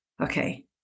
Okay